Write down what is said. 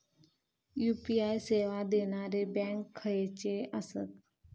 UPI सेवा देणारे bank खयचे आसत?